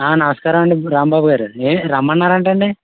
నమస్కారం అండి రాంబాబు గారు ఏ రమ్మన్నారంటండి